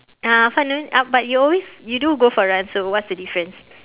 uh finally uh but you always you do go for run so what's the difference